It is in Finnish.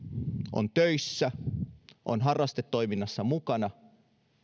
on töissä on harrastetoiminnassa mukana